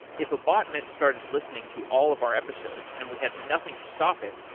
if a botnet started listening to all of our episode and we had nothing to stop it,